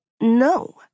No